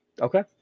Okay